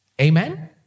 Amen